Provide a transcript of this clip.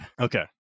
okay